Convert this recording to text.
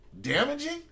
Damaging